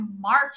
march